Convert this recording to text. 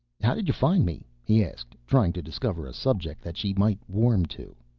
how did you find me? he asked, trying to discover a subject that she might warm to.